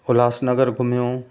उल्हासनगर घुमियो